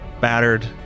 battered